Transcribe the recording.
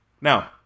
Now